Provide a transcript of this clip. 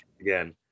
again